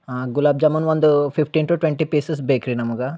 ಹಾಂ ಗುಲಾಬ್ ಜಾಮೂನ್ ಒಂದು fifteen to twenty pieces bakery ನಮಗೆ